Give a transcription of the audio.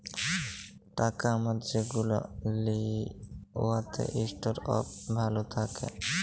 টাকা আমরা যেগুলা লিই উয়াতে ইস্টর অফ ভ্যালু থ্যাকে